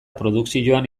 produkzioan